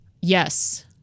yes